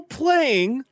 playing